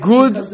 Good